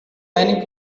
many